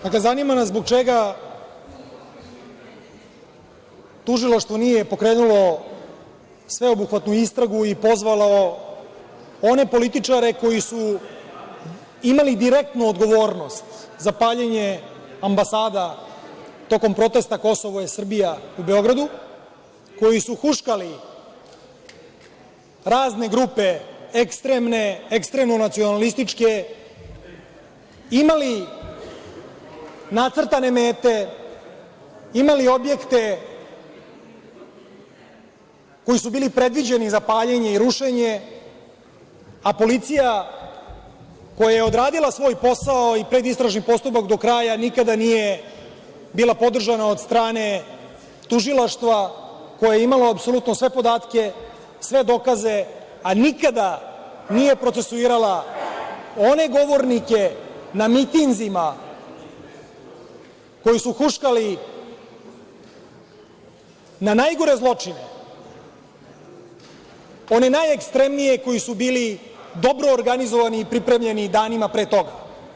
Dakle, zanima nas zbog čega Tužilaštvo nije pokrenulo sveobuhvatnu istragu i pozvalo one političare koji su imali direktnu odgovornost za paljenje ambasada tokom protesta „Kosovo je Srbija“ u Beogradu, koji su huškali razne ekstremne grupe, ekstremno-nacionalističke, imali nacrtane mete, imali objekte koji su bili predviđeni za paljenje i rušenje, a policija koja je odradila svoj posao i predistražni postupak do kraja nikada nije bila podržana od strane Tužilaštva, koje je imalo apsolutno sve podatke, sve dokaze, a nikada nije procesuirala one govornike na mitinzima, koji su huškali na najgore zločine, one najekstremnije, koji su bili dobro organizovani i pripremljeni danima pre toga?